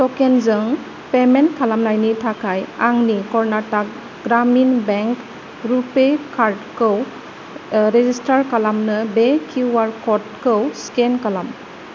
टकेनजों payment खालामनायनि थाखाय आंनि कर्नाटक ग्रामिन बेंक रुपे कार्डखौ रेजिस्टार खालामनो बे किउ आर कडखौ स्केन खालाम